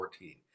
14